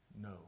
no